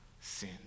sin